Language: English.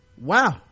wow